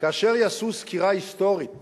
כאשר יעשו סקירה היסטורית